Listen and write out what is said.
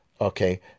okay